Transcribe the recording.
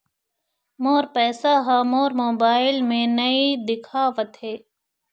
मोर पैसा ह मोर मोबाइल में नाई दिखावथे